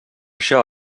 això